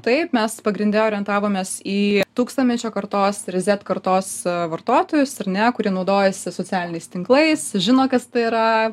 taip mes pagrinde orientavomės į tūkstantmečio kartos ir zet kartos vartotojus ar ne kurie naudojasi socialiniais tinklais žino kas tai yra